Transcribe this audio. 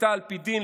שפיטה על פי דין,